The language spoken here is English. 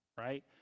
Right